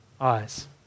eyes